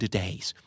days